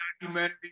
documentary